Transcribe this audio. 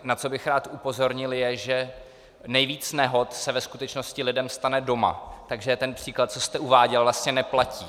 Na co bych rád upozornil, je, že nejvíc nehod se ve skutečnosti lidem stane doma, takže ten příklad, co jste uváděl, vlastně neplatí.